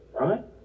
right